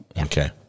Okay